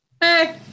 Hey